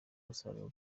musaruro